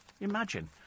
Imagine